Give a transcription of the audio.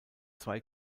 zwei